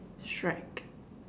strike